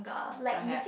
perhaps